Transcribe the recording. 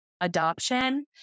adoption